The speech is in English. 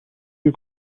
you